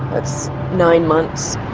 it's nine months